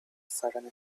sudden